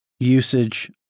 usage